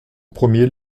premier